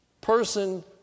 person